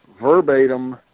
verbatim